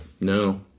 no